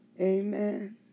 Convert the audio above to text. amen